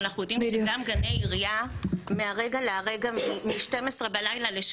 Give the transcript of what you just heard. ואנחנו יודעים שגם גני עירייה מהרגע לרגע מ- 00:00 ל-